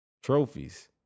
Trophies